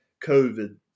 COVID